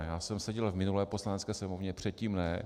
Já jsem seděl v minulé Poslanecké sněmovně, předtím ne.